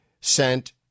sent